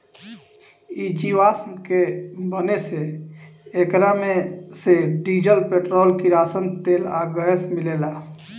इ जीवाश्म के बने से एकरा मे से डीजल, पेट्रोल, किरासन तेल आ गैस मिलेला